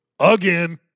Again